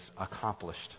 accomplished